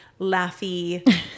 laughy